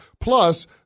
Plus